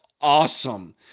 awesome